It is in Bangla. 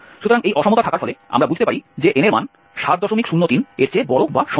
সুতরাং এই অসমতা থাকার ফলে আমরা বুঝতে পারি যে n এর মান 703 এর চেয়ে বড় বা সমান